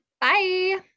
Bye